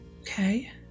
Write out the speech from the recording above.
Okay